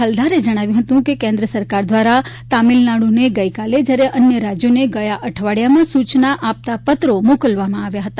હલ્દારે જણાવ્યું હતું કે કેન્દ્ર સરકાર દ્વારા તમિલનાડુને ગઈકાલે જ્યારે અન્ય રાજ્યોને ગયા અઠવાડિયામાં સૂચના આપતાં પત્રો મોકલવામાં આવ્યા હતા